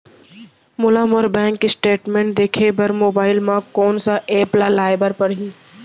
मोला मोर bank statement देखे बर मोबाइल मा कोन सा एप ला लाए बर परही?